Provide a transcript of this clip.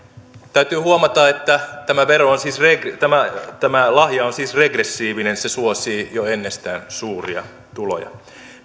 täytyy huomata että tämä tämä lahja on siis regressiivinen se suosii jo ennestään suuria tuloja